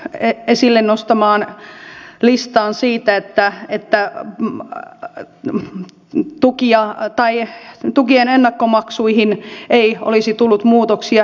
räsäsen esille nostamaan listaan siitä että tukien ennakkomaksuihin ei olisi tullut muutoksia